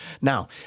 Now